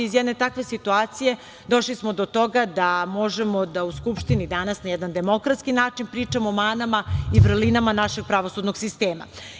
Iz jedne takve situacije došli smo do toga da možemo da u Skupštini danas na jedan demokratski način pričamo o manama i vrlinama našeg pravosudnog sistema.